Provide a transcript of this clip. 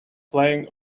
playing